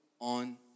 on